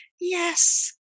Yes